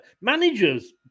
Managers